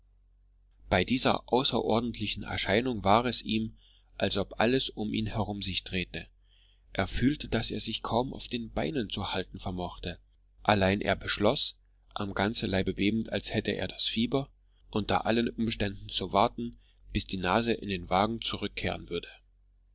bei dieser außerordentlichen erscheinung war es ihm als ob alles um ihn herum sich drehte er fühlte daß er sich kaum auf den beinen zu halten vermochte allein er beschloß am ganzen leibe bebend als hätte er das fieber unter allen umständen zu warten bis die nase in den wagen zurückkehren würde